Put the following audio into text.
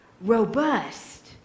robust